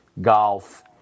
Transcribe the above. golf